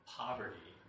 poverty